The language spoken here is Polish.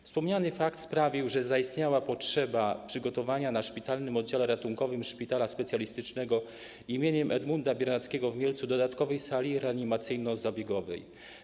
Wspomniany fakt sprawił, że zaistniała potrzeba przygotowania na Szpitalnym Oddziale Ratunkowym Szpitala Specjalistycznego im. Edmunda Biernackiego w Mielcu dodatkowej sali reanimacyjno-zabiegowej.